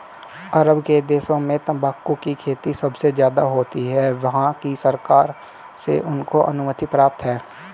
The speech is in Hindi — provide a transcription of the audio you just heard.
अरब के देशों में तंबाकू की खेती सबसे ज्यादा होती है वहाँ की सरकार से उनको अनुमति प्राप्त है